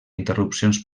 interrupcions